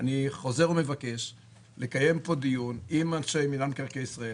אני חוזר ומבקש לקיים פה דיון עם אנשי מינהל מקרקעי ישראל